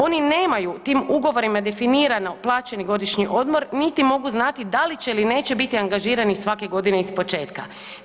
Oni nemaju tim ugovorima definirano plaćeni godišnji odmor niti mogu znati da li će ili neće biti angažirani svake godine ispočetka.